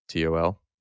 TOL